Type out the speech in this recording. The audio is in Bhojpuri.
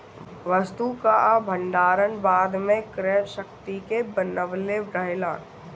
वस्तु कअ भण्डारण बाद में क्रय शक्ति के बनवले रहेला